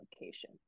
location